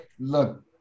Look